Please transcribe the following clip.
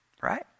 Right